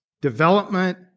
development